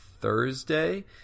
Thursday